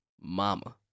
Mama